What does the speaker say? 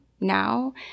now